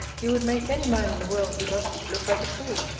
you would make any man in the world, who loved you, look like a fool,